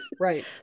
right